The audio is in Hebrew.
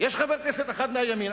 יש חבר הכנסת אחד מהימין,